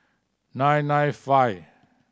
nine nine five